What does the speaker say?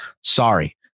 Sorry